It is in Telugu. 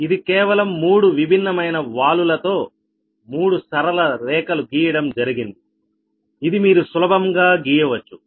ఇది కేవలం మూడు విభిన్నమైన వాలు ల తో మూడు సరళరేఖలు గీయడం జరిగింది ఇది మీరు సులభంగా గీయవచ్చు